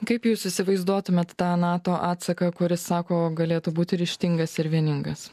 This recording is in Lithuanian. kaip jūs įsivaizduotumėt tą nato atsaką kuris sako galėtų būti ryžtingas ir vieningas